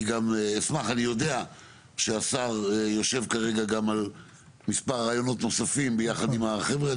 אני יודע שהשר יושב כרגע גם על מספר רעיונות נוספים ביחד עם החבר'ה.